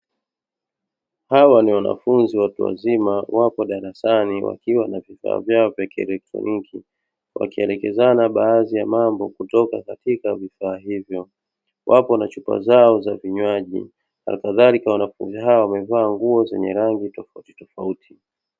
Hawa ni wanafunzi watu wazima wako darasani wakiwa na vifaa vyao vya kielektroniki wakielekezana baadhi ya mambo kutoka katika vifaa hivyo, wapo na chupa zao za vinywaji halkadhalika wanafunzi hao wamevaa nguo zenye rangi tofautitofauti.